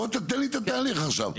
בוא תיתן לי את התאריך עכשיו.